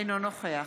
אינו נוכח